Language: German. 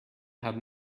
haben